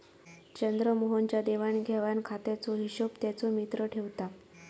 चंद्रमोहन च्या देवाण घेवाण खात्याचो हिशोब त्याचो मित्र ठेवता